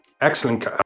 excellent